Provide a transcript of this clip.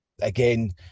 again